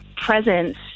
presence